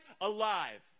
alive